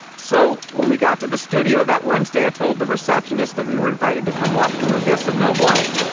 so when we got to the studio that wednesday, i told the receptionist that we were invited to come watch. we were guests of mel blanc.